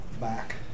back